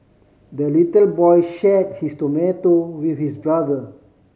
the little boy share his tomato with his brother